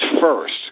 first